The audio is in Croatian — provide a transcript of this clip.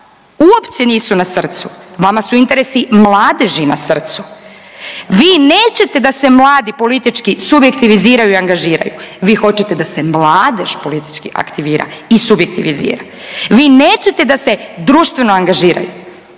uopće nisu na srcu. Vama su interesi mladeži na srcu. Vi nećete da se mladi politički subjektiviziraju i angažiraju. Vi hoćete da se mladež politički aktivira i subjektivizira. Vi nećete da se društveno angažiraju,